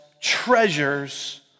treasures